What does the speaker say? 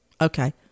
Okay